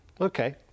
Okay